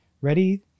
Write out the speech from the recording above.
ready